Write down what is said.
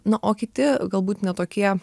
na o kiti galbūt ne tokie